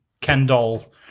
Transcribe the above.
Kendall